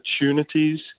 opportunities